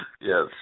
Yes